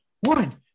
One